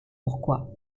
pourquoi